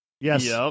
Yes